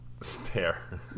stare